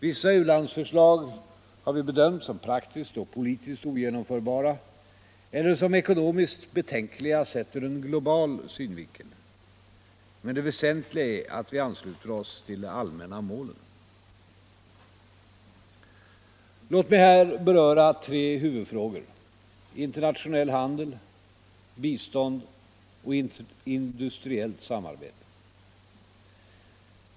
Vissa u-landsförslag har vi bedömt som praktiskt och politiskt ogenomförbara eller som ekonomiskt betänkliga sett ur en global synvinkel. Men det väsentliga är att vi ansluter oss till de allmänna målen. Låt mig här beröra tre huvudfrågor — internationell handel, bistånd och industriellt samarbete.